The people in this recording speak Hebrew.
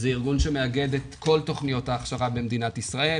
זה ארגון שמאגד את כל תכניות ההכשרה במדינת ישראל,